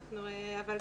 אבל,